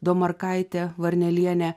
domarkaitė varnelienė